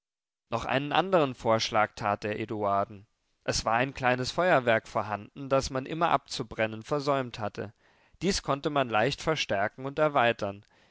noch einen andern vorschlag tat er eduarden es war ein kleines feuerwerk vorhanden das man immer abzubrennen versäumt hatte dies konnte man leicht verstärken und erweitern